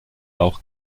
auch